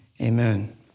amen